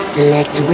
Select